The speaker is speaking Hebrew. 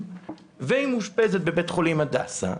והיא מאושפזת בבית החולים הדסה.